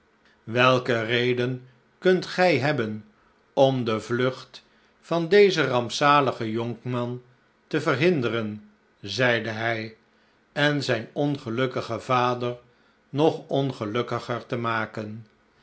welke reden kunt gij hebben omdevlucht van dezen rampzaligen jonkman te verhinderen zeide hij en zijn ongelukkigen vader nog ongelukkiger te maken